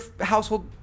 household